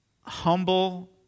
humble